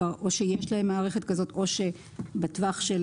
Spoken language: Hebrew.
או שכבר יש להם מערכת כזאת או בטווח של